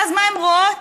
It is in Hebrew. ואז, מה הן רואות?